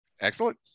Excellent